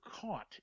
caught